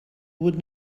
would